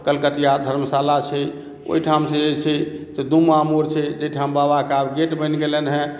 कलकतिया धर्मशाला छै ओहिठाम जे अछि से डूमा मोड़ छै जाहिठाम बाबा के आब गेट बनि गेलनि हँ